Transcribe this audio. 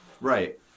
Right